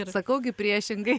ir sakau gi priešingai